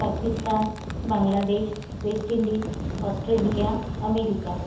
Pakistan Bangladesh West Indies Australia America